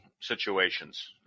situations